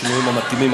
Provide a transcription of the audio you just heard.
בשינויים המתאימים.